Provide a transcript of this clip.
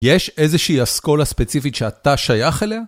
יש איזושהי אסכולה ספציפית שאתה שייך אליה?